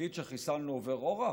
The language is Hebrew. שנגיד שחיסלנו עובר אורח?